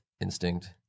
instinct